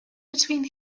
between